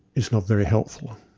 is not very helpful.